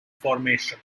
formation